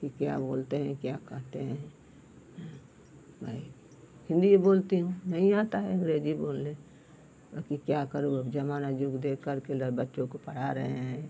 कि क्या बोलते हैं क्या कहते हैं मई हिन्दी बोलती हूँ नहीं आता है अँग्रेजी बोलना वो कि क्या करूँ अब ज़माना जुग देखकर ल बच्चों को पढ़ा रहे हैं